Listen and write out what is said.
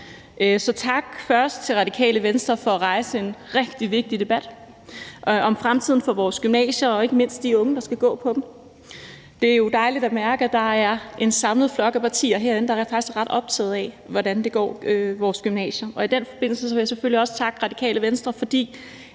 tak til Radikale Venstre for at rejse en rigtig vigtig debat om fremtiden for vores gymnasier og ikke mindst de unge, der skal gå på dem. Det er jo dejligt at mærke, at der er en samlet flok af partier herinde, der faktisk er ret optaget af, hvordan det går vores gymnasier. I den forbindelse vil jeg selvfølgelig også takke Radikale Venstre, fordi